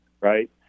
Right